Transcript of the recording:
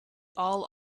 all